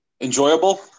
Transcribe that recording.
enjoyable